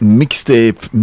mixtape